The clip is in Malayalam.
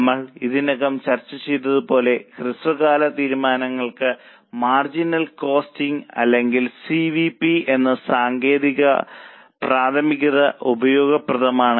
നമ്മൾ ഇതിനകം ചർച്ച ചെയ്തതുപോലെ ഹ്രസ്വകാല തീരുമാനങ്ങൾക്ക് മാർജിനൽ കോസ്റ്റിംഗ് അല്ലെങ്കിൽ സി വി പി എന്ന സാങ്കേതികത പ്രാഥമികമായി ഉപയോഗപ്രദമാണ്